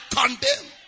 condemn